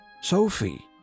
Sophie